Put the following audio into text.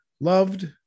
loved